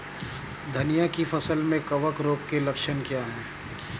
धनिया की फसल में कवक रोग के लक्षण क्या है?